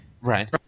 Right